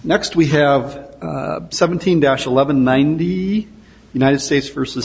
next we have seventeen dash eleven ninety united states versus